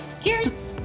Cheers